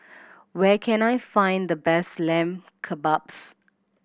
where can I find the best Lamb Kebabs